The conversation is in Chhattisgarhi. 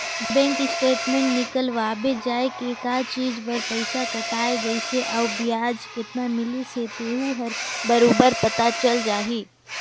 बेंक स्टेटमेंट निकलवाबे जाये के का चीच बर पइसा कटाय गइसे अउ बियाज केतना मिलिस हे तेहू हर बरोबर पता चल जाही